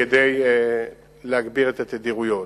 כדי להגביר את התדירויות.